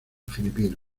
filipino